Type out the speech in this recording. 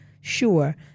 sure